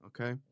Okay